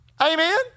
Amen